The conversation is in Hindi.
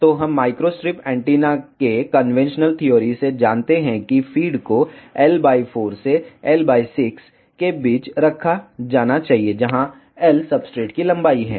तो हम माइक्रो स्ट्रिप एंटीना के कन्वेंशनल थ्योरी से जानते हैं कि फ़ीड को L 4 से L 6 के बीच रखा जाना चाहिए जहां L सब्सट्रेट की लंबाई है